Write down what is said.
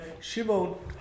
Shimon